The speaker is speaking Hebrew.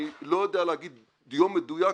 אני לא יודע להגיד יום מדויק,